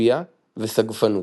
ציפייה וסגפנות.